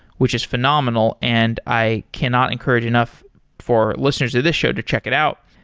which is phenomenal, and i cannot encourage enough for listeners of this show to check it out.